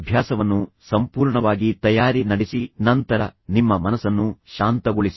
ಅಭ್ಯಾಸವನ್ನು ಸಂಪೂರ್ಣವಾಗಿ ತಯಾರಿ ನಡೆಸಿ ನಂತರ ನಿಮ್ಮ ಮನಸ್ಸನ್ನು ಶಾಂತಗೊಳಿಸಿ